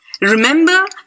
Remember